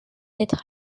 être